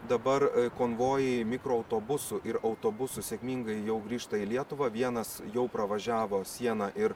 dabar konvojai mikroautobusų ir autobusų sėkmingai jau grįžta į lietuvą vienas jau pravažiavo sieną ir